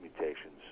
mutations